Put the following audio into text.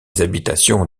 habitations